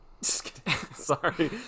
Sorry